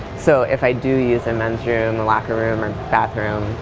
so if i do use a men's room, locker room, or bathroom,